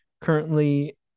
currently